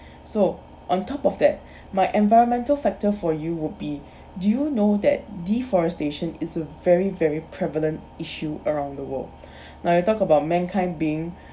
so on top of that my environmental factor for you would be do you know that deforestation is a very very prevalent issue around the world now you talk about mankind being